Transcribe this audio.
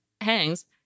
hangs